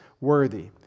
worthy